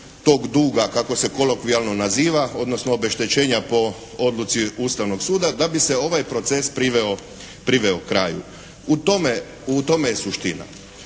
tog duga, kako se kolokvijalno naziva odnosno obeštećenja po odluci Ustavnog suda, da bi se ovaj proces priveo kraju. U tome je suština.